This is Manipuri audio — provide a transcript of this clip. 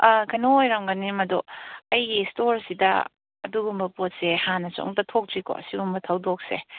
ꯀꯩꯅꯣ ꯑꯣꯏꯔꯝꯒꯅꯤ ꯃꯗꯨ ꯑꯩꯒꯤ ꯁ꯭ꯇꯣꯔꯁꯤꯗ ꯑꯗꯨꯒꯨꯝꯕ ꯄꯣꯠꯁꯦ ꯍꯥꯟꯅꯁꯨ ꯑꯃꯨꯛꯇ ꯊꯣꯛꯇ꯭ꯔꯤꯀꯣ ꯁꯤꯒꯨꯝꯕ ꯊꯧꯗꯣꯛꯁꯦ